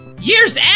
years